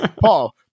paul